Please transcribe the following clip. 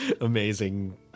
Amazing